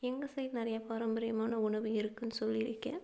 எங்கள் சைட் நிறைய பாரம்பரியமான உணவு இருக்குதுன்னு சொல்லியிருக்கேன்